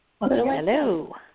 Hello